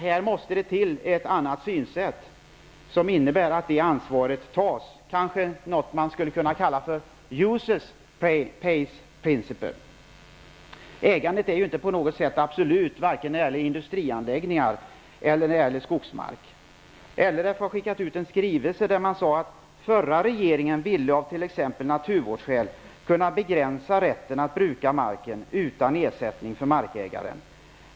Här måste det till ett annat synsätt som innebär att ansvaret tas, kanske något man skulle kunna kalla user-pays-principle. Ägandet är ju inte på något sätt absolut, vare sig när det gäller industrianläggningar eller när det gäller skogsmark. LRF har skickat ut en skrivelse där man säger: ''Förra regeringen ville av t.ex. naturvårdsskäl kunna begränsa rätten att bruka marken utan ersättning för markägaren.